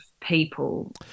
people